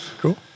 Cool